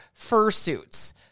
fursuits